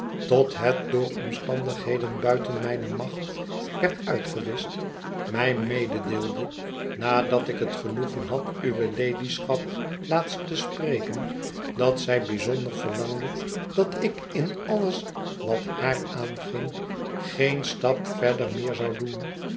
tot het door omstandigheden buiten mijne macht werd uitgewischt mij mededeelde nadat ik het genoegen had uwe ladyschap laatst te spreken dat zij bijzonder verlangde dat ik in alles wat haar aanging geen stap verder meer zou doen